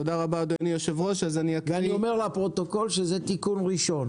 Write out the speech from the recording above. אני אומר לפרוטוקול שזה תיקון ראשון.